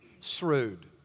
Shrewd